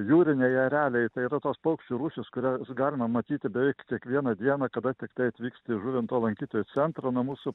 jūriniai ereliai tai yra tos paukščių rūšys kurias galima matyti beveik kiekvieną dieną kada tiktai atvyksti į žuvinto lankytojų centrą nuo mūsų